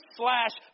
slash